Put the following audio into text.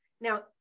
Now